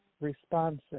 responsive